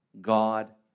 God